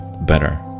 better